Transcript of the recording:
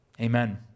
Amen